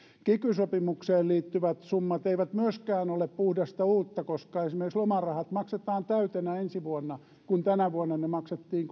kiky sopimukseen liittyvät summat eivät myöskään ole puhdasta uutta koska esimerkiksi lomarahat maksetaan täytenä ensi vuonna kun tänä vuonna ne maksettiin